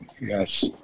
yes